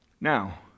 Now